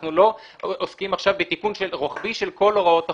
אנחנו לא עוסקים עכשיו בתיקון רוחבי של כל הוראות החוק.